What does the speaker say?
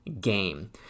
game